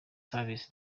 services